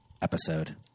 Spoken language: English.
Episode